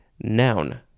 Noun